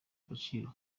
agaciro